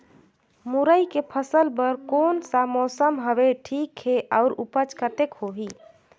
मुरई के फसल बर कोन सा मौसम हवे ठीक हे अउर ऊपज कतेक होही?